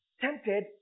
tempted